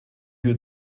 you